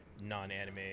non-anime